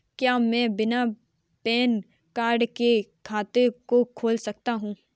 क्या मैं बिना पैन कार्ड के खाते को खोल सकता हूँ?